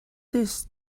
this